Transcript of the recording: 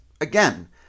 Again